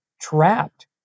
trapped